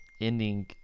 ending